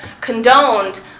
condoned